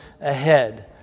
ahead